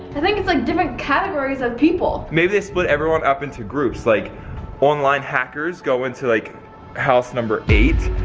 i think it's like different categories of people. maybe they split everyone up into groups, like online hackers go into like house number eight,